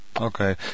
Okay